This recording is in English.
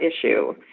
issue